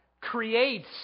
creates